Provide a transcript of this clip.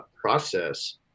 process